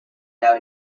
now